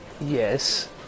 Yes